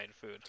food